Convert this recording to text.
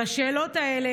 על השאלות האלה,